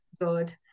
good